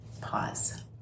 Pause